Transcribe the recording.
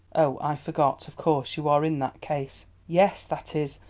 oh, i forgot of course you are in that case. yes that is,